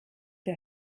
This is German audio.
der